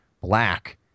black